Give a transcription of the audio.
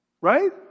right